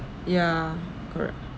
ya correct